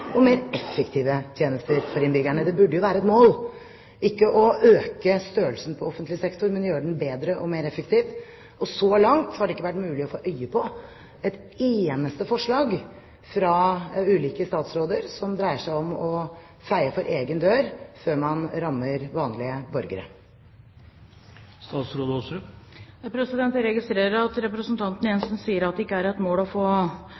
og mer effektive tjenester for innbyggerne. Det burde være et mål ikke å øke størrelsen på offentlig sektor, men å gjøre den bedre og mer effektiv. Så langt har det ikke vært mulig å få øye på et eneste forslag fra ulike statsråder som dreier seg om å feie for egen dør før man rammer vanlige borgere. Jeg registrerer at representanten Jensen sier at det ikke er et mål å få